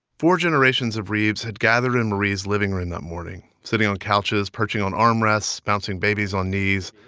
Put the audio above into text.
four generations of reebs had gathered in marie's living room that morning sitting on couches, perching on armrests, bouncing babies on knees.